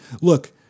look